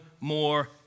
more